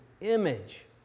image